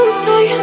stay